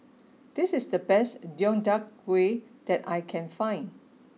this is the best Deodeok Gui that I can find